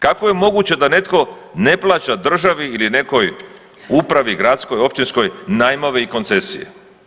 Kako je moguće da netko ne plaća državi ili nekoj upravi gradskoj, općinskoj, najmove i koncesije?